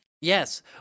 Yes